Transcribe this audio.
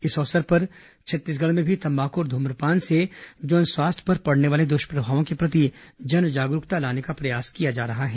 इस अवसर पर छत्तीसगढ़ में भी तम्बाकू और धूम्रपान से जनस्वास्थ्य पर पड़ने वाले दृष्प्रभावों के प्रति जन जागरूकता लाने का प्रयास किया जा रहा है